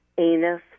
anus